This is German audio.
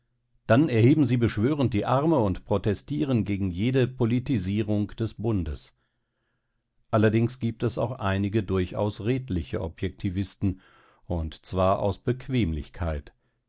dann erheben sie beschwörend die arme und protestieren gegen jede politisierung des bundes allerdings gibt es auch einige durchaus redliche objektivisten und zwar aus bequemlichkeit